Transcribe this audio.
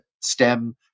stem